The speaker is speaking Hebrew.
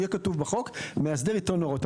שיהיה כתוב בחוק שהמאסדר ייתן הוראות.